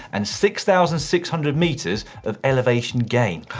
and six thousand six hundred meters of elevation gain.